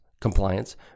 compliance